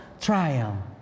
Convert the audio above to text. trial